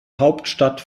hauptstadt